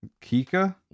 kika